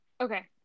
Okay